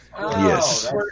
Yes